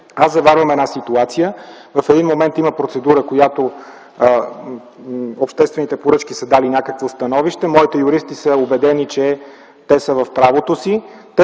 че заварвам една ситуация – в един момент има процедура, която обществените поръчки са дали някакво становище, моите юристи са убедени, че те са в правото си,